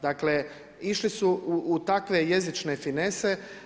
Dakle, išli su u takve jezične finese.